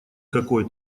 какой